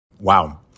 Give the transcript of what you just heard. Wow